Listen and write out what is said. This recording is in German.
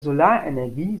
solarenergie